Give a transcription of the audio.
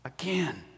again